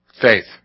Faith